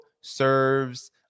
serves